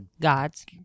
Gods